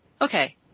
Okay